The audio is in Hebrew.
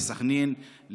לסח'נין,